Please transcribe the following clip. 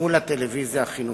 מול הטלוויזיה החינוכית.